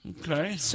Okay